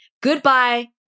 Goodbye